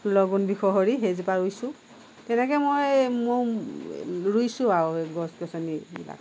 লগুণ বিষহৰি সেইজোপা ৰুইছোঁ তেনেকৈ মই ৰুইছোঁ আৰু গছ গছনিবিলাক